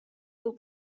był